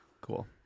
cool